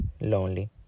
lonely